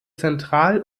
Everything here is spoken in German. zentral